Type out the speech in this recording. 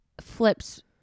flips